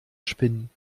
spinnen